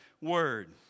word